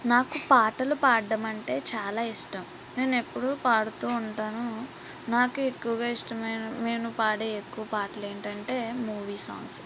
నాకు పాటలు పాడడం అంటే చాలా ఇష్టం నేను ఎప్పుడూ పాడుతూ ఉంటాను నాకు ఎక్కువగా ఇష్టమైన నేను పాడే ఎక్కువ పాటలు ఏమిటంటే మూవీ సాంగ్స్